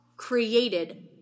created